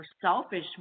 selfish